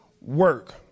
work